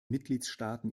mitgliedstaaten